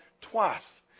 twice